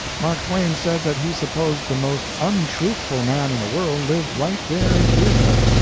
mark twain said that he supposed the most untruthful man in the world lived right there in keokuk,